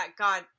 God